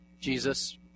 Jesus